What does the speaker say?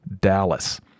Dallas